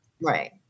Right